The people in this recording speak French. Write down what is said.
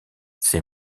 ses